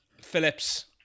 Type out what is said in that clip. Phillips